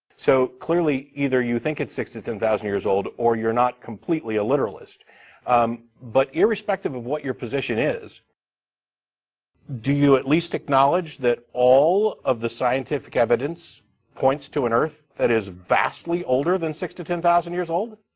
so clearly, either you think it's six to ten thousand years old or you are not completely a literalist but irrespective of what your position is do you at least acknowledge that all of the scientific evidence points to an earth that is vastly older than six to ten thousand years old?